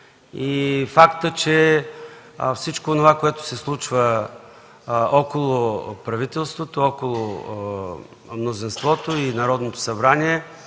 и факта, че всичко онова, което се случва около правителството, около мнозинството и Народното събрание,